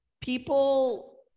people